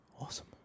Awesome